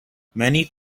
many